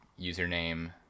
username